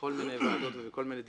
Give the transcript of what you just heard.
בכל מיני ועדות ובכל מיני דיונים,